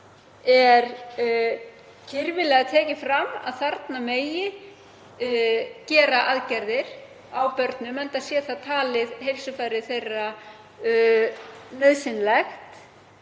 sem kirfilega er tekið fram að gera megi aðgerðir á börnum enda sé það talið heilsufari þeirra nauðsynlegt.